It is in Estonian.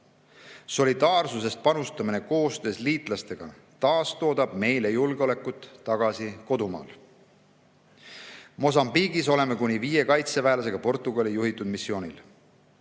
Solidaarsusest panustamine koostöös liitlastega taastoodab meie julgeolekut kodumaal. Mosambiigis oleme kuni viie kaitseväelasega Portugali juhitud missioonil.